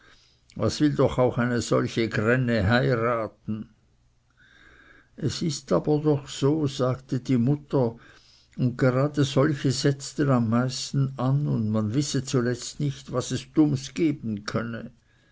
was will doch auch eine solche gränne heiraten es ist aber doch so sagte die mutter und gerade solche setzten am meisten an und man wisse zuletzt nicht was es dumms geben könnte